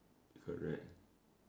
correct